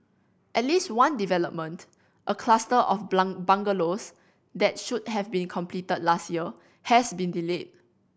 at least one development a cluster of bungalows that should have been completed last year has been delayed